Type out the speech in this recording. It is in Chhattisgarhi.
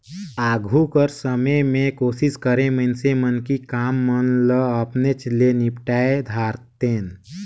आघु कर समे में कोसिस करें मइनसे मन कि काम मन ल अपनेच ले निपटाए धारतेन